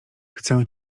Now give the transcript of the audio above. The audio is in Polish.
chcę